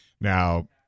Now